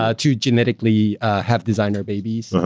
ah to genetically have designer babies,